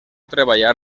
treballar